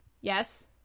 Yes